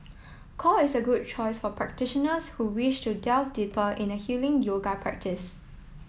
core is a good choice for practitioners who wish to delve deeper in a healing yoga practice